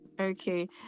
okay